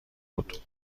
بود